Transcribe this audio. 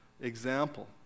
example